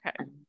Okay